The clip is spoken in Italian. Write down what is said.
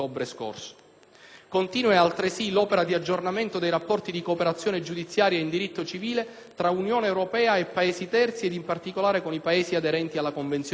Continua è, altresì, l'opera di aggiornamento dei rapporti di cooperazione giudiziaria in diritto civile tra Unione europea e Paesi terzi ed in particolare con i Paesi aderenti alla Convenzione di Lugano.